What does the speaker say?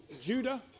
Judah